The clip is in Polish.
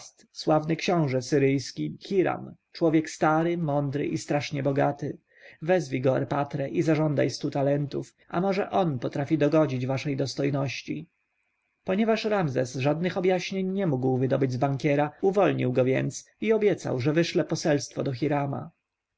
sławny książę tyryjski hiram człowiek stary mądry i strasznie bogaty wezwij go erpatre i zażądaj stu talentów a może on potrafi dogodzić waszej dostojności ponieważ ramzes żadnych objaśnień nie mógł wydobyć z bankiera uwolnił go więc i obiecał że wyszle poselstwo do hirama